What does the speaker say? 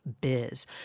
biz